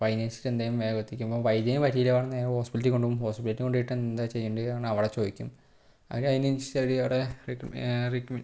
അപ്പോൾ അതിനനുസരിച്ച് എന്തായാലും വേഗം എത്തിക്കുമ്പം വൈദ്യന് പറ്റിയില്ല എന്നുണ്ടെങ്കിൽ നേരെ ഹോസ്പിറ്റലിൽ കൊണ്ടുപോകും ഹോസ്പിറ്റലിൽ കൊണ്ടുപോയിട്ട് എന്താ ചെയ്യേണ്ടതെന്ന് അവിടെ ചോദിക്കും അവരെ അതിനനുസരിച്ച് അവിടെ ട്രീറ്റമെ ട്രീറ്റ്മെൻറ്